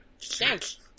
Thanks